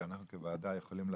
שאנחנו כוועדה יכולים לעשות,